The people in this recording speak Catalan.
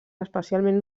especialment